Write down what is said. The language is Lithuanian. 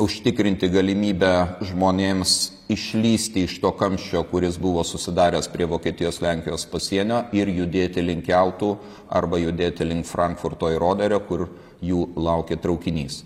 užtikrinti galimybę žmonėms išlįsti iš to kamščio kuris buvo susidaręs prie vokietijos lenkijos pasienio ir judėti link keltų arba judėti link frankfurto ir oderio kur jų laukė traukinys